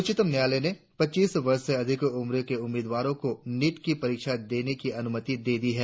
उच्चतम न्यायालय ने पच्चीस वर्ष से अधिक उम्र के उम्मीदवारों को नीट की परीक्षा देने की अनुमति दे दी है